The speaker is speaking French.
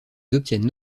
obtiennent